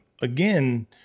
again